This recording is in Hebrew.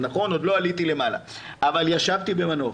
נכון, עוד לא עליתי למעלה אבל ישבתי במנוף.